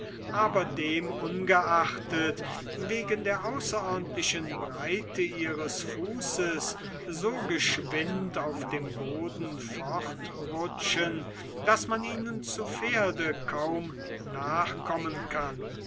aber dem ungeachtet wegen der außerordentlichen breite ihres fußes so geschwind auf dem boden fortrutschen daß man ihnen zu pferde kaum nachkommen kann